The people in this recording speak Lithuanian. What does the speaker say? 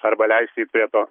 arba leisti jų prie to